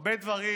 הרבה דברים